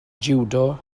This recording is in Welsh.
jiwdo